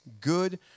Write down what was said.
good